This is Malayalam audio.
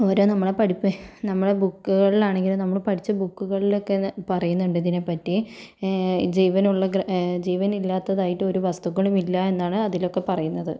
ഓരോ നമ്മളെ പഠിപ്പി നമ്മളെ ബുക്കുകളിൽ ആണെങ്കിലും നമ്മൾ പഠിച്ച ബുക്കുകളിൽ ഒക്കെ പറയുന്നുണ്ട് ഇതിനെപ്പറ്റി ജീവനുള്ള ഗ്രഹ ജീവനില്ലാത്തതായിട്ട് ഒരു വസ്തുക്കളും ഇല്ല എന്നാണ് അതിലൊക്കെ പറയുന്നത്